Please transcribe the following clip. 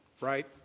right